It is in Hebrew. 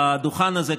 מעל הדוכן הזה,